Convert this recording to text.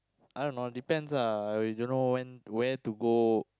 I don't know depends ah I don't know when where to go